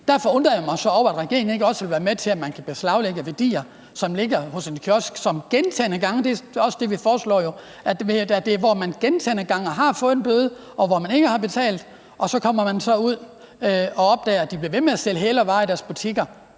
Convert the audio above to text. Derfor undrer jeg mig så over, at regeringen ikke også vil være med til, at man kan beslaglægge værdier, der ligger hos en kiosk, som gentagne gange har solgt hælervarer. Det er jo det, vi foreslår – at det er i tilfælde, hvor de gentagne gange har fået en bøde, og hvor de ikke har betalt og man så kommer ud og opdager, at de bliver ved med at sælge hælervarer i deres butikker.